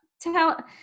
tell